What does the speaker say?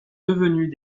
devenus